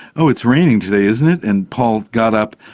oh, it's raining today, isn't it? and paul got up,